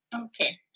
okay